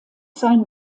seinen